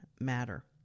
matter